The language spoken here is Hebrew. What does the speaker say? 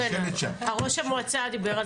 כן, ראש המועצה דיבר על זה.